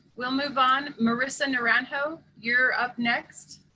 we'll move on. marissa naranjo, you're up next.